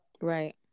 Right